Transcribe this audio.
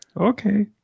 Okay